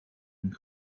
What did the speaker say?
een